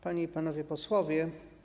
Panie i Panowie Posłowie!